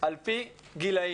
על פי גילאים.